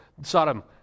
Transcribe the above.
Sodom